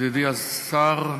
ידידי השר,